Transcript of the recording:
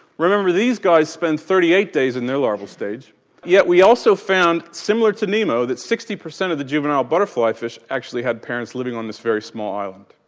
remember these guys spend thirty eight days in their larval stage yet we also found, similar to nemo, that sixty percent of the juvenile butterfly fish actually had parents living on this very small island.